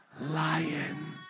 Lion